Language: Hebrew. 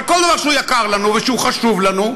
על כל דבר שהוא יקר לנו וחשוב לנו,